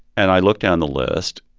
and i looked down the list,